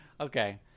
okay